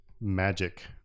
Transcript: magic